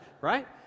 Right